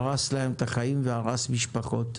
הרס להם את החיים והרס משפחות.